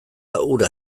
hura